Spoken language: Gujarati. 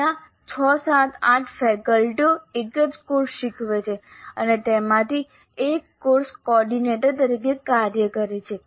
ત્યાં 6 7 8 ફેકલ્ટીઓ એક જ કોર્સ શીખવે છે અને તેમાંથી એક કોર્સ કોઓર્ડિનેટર તરીકે કાર્ય કરે છે